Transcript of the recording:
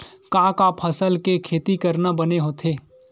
का का फसल के खेती करना बने होथे?